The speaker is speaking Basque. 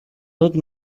dut